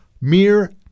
mere